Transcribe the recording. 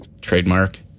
trademark